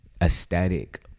aesthetic